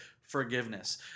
forgiveness